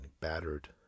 battered